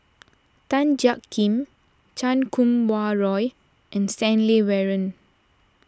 Tan Jiak Kim Chan Kum Wah Roy and Stanley Warren